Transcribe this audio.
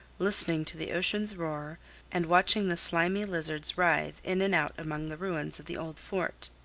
listening to the ocean's roar and watching the slimy lizards writhe in and out among the ruins of the old fort.